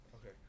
Okay